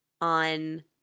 on